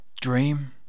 Dream